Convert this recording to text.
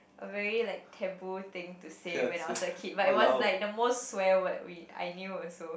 a very like taboo thing to say when I was a kid but it was like the most swear word we I knew also